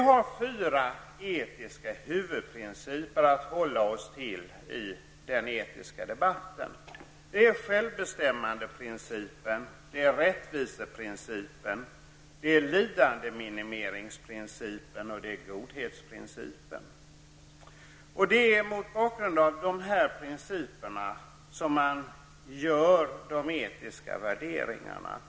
Det finns fyra huvudprinciper att hålla sig till i den etiska debatten: självbestämmandeprincipen, rättviseprincipen, lidandeminimeringsprincipen och godhetsprincipen. Det är mot bakgrund av dessa principer som de etiska värderingarna görs.